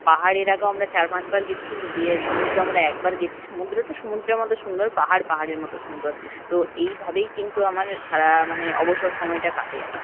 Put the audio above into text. পাহাড় এর আগেও আমরা চার পাঁচবার গেছি কিন্তু দীঘায় সমুদ্র আমরা একবার গেছি সমুদ্রটা সমুদ্রের মতো সুন্দর পাহাড় পাহাড়ের মতো সুন্দর তো এইভাবেই কিন্তু আমার সারা মানে অবসর সমায়টা কাটে আর কি